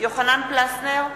יוחנן פלסנר,